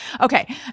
Okay